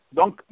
Donc